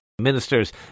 Ministers